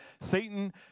Satan